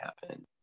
happen